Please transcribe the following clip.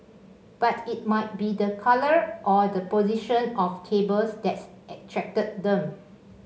but it might be the colour or the position of cables that's attracted them